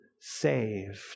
saved